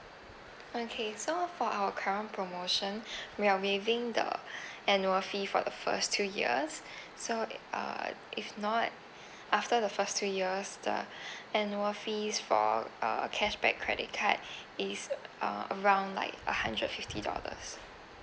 okay so for our current promotion we are waiving the annual fee for the first two years so uh if not after the first two years the annual fees for uh cashback credit card is uh around like a hundred fifty dollars